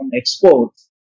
exports